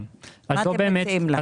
מה אתם מציעים להם?